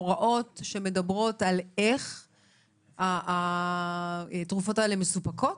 הוראות שמדברות על איך התרופות האלה מסופקות?